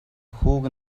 хүүг